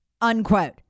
unquote